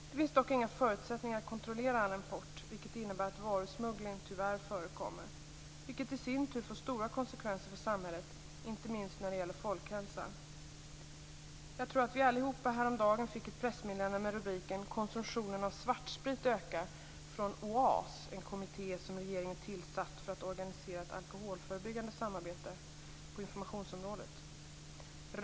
Det finns dock inga förutsättningar att kontrollera all import, vilket innebär att varusmuggling tyvärr förekommer, vilket i sin tur får stora konsekvenser för samhället, inte minst när det gäller folkhälsan. Jag tror att vi allihop häromdagen fick ett pressmeddelande med rubriken Konsumtionen av svartsprit ökar. Det kom från OAS - en kommitté som regeringen tillsatt för att organisera ett alkoholförebyggande samarbete på informationsområdet.